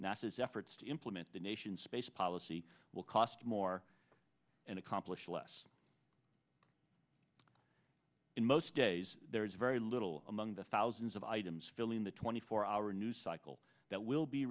nasa's efforts to implement the nation's space policy will cost more and accomplish less in most days there is very little among the thousands of items filling the twenty four hour news cycle that will be